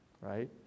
right